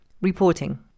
Reporting